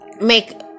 make